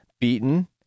beaten